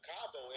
Cabo